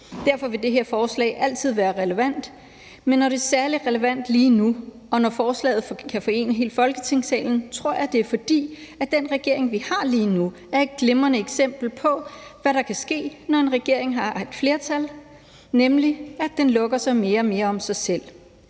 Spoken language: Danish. Derfor vil det her forslag altid være relevant. Men når det er særlig relevant lige nu, og når forslaget kan forene hele Folketingssalen, tror jeg, at det er, fordi den regering, vi har lige nu, er et glimrende eksempel på, hvad der kan ske, når en regering har et flertal, nemlig at den lukker sig mere og mere om sig selv.